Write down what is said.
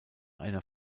einer